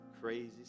crazy